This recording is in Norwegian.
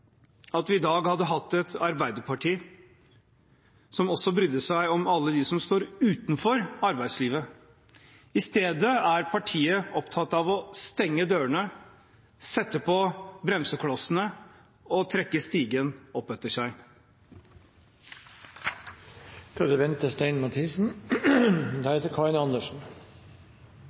at vi i dag hadde hatt et arbeiderparti som også brydde seg om alle de som står utenfor arbeidslivet. I stedet er partiet opptatt av å stenge dørene, sette på bremseklossene og trekke stigen opp etter seg. La det